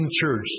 Church